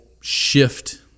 shift